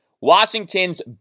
Washington's